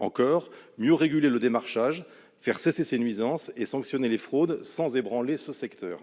de mieux réguler le démarchage, de faire cesser ces nuisances et de sanctionner les fraudes sans ébranler le secteur.